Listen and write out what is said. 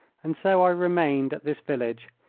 and so i remained at this village,